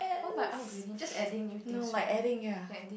what if I aren't greedy just adding new things right okay